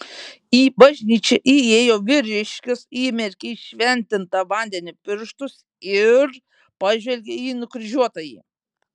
į bažnyčią įėjo vyriškis įmerkė į šventintą vandenį pirštus ir pažvelgė į nukryžiuotąjį